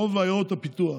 רוב עיירות הפיתוח,